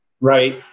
right